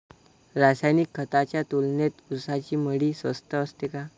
रासायनिक खतांच्या तुलनेत ऊसाची मळी स्वस्त असते का?